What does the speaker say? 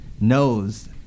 knows